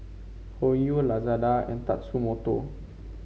Hoyu Lazada and Tatsumoto